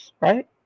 right